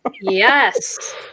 Yes